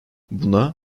buna